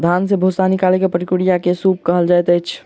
धान से भूस्सा निकालै के प्रक्रिया के सूप कहल जाइत अछि